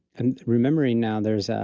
and remembering now there's